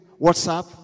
WhatsApp